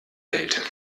welt